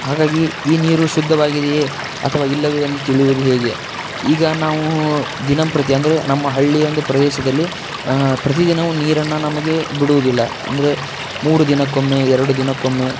ಹಾಗಾಗಿ ಈ ನೀರು ಶುದ್ದವಾಗಿದೆಯೇ ಅಥವಾ ಇಲ್ಲವೇ ಎಂದು ತಿಳಿಯುವುದು ಹೇಗೆ ಈಗ ನಾವು ದಿನಂಪ್ರತಿ ಅಂದರೆ ನಮ್ಮ ಹಳ್ಳಿಯೊಂದು ಪ್ರದೇಶದಲ್ಲಿ ಪ್ರತಿದಿನವು ನೀರನ್ನು ನಮಗೆ ಬಿಡುವುದಿಲ್ಲ ಅಂದರೆ ಮೂರು ದಿನಕ್ಕೊಮ್ಮೆ ಎರಡು ದಿನಕ್ಕೊಮ್ಮೆ